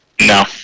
No